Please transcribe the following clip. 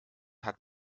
hat